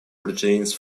proteins